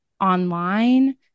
online